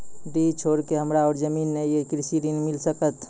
डीह छोर के हमरा और जमीन ने ये कृषि ऋण मिल सकत?